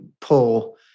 pull